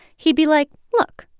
he'd be like, look,